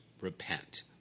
repent